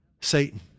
Satan